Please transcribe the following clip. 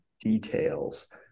details